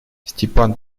степан